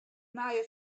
nije